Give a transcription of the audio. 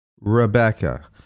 rebecca